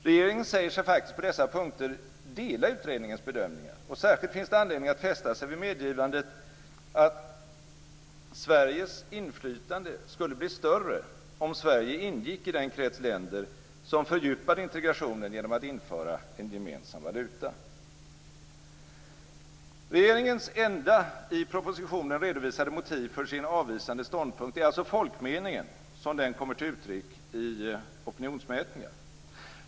Regeringen säger sig faktiskt på dessa punkter dela utredningens bedömningar. Särskilt finns det anledning att fästa sig vid medgivandet att "Sveriges inflytande skulle bli större om Sverige ingick i den krets länder som fördjupar integrationen genom att införa en gemensam valuta". Regeringens enda i propositionen redovisade motiv för sin avvisande ståndpunkt är alltså folkmeningen sådan den kommer till uttryck i opinionsmätningar.